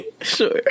Sure